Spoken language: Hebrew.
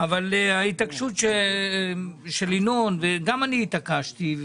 אבל ההתעקשות של ינון וגם אני התעקשתי,